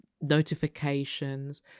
notifications